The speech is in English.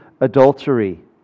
adultery